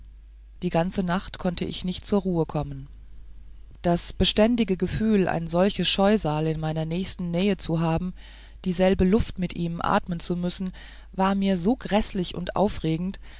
die ganze nacht konnte ich nicht zur ruhe kommen das beständige gefühl ein solches scheusal in meiner nächsten nähe zu haben und dieselbe luft mit ihm atmen zu müssen war mir so gräßlich und aufregend